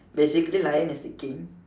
basically lion is the King